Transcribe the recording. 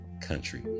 country